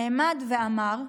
נעמד ואמר: